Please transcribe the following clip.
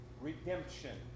redemption